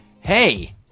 hey